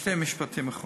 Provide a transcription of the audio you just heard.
שני משפטים אחרונים.